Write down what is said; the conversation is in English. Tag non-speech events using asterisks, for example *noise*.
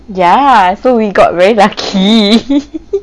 ya so we got very lucky *laughs*